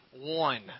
one